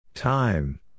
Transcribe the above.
Time